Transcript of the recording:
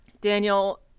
Daniel